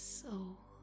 soul